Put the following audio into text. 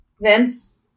Vince